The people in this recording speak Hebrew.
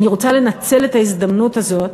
אני רוצה לנצל את ההזדמנות הזאת,